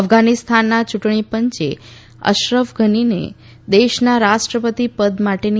અફઘાનીસ્તાનના યુંટણી પંચે અશરફ ઘનીને દેશના રાષ્ટ્રપતિ પદ માટેની